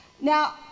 Now